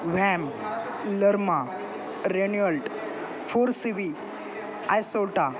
व्हॅम लर्मा रेन्यूअल्ट four C B आयसोटा